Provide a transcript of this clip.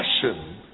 passion